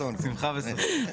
הזה,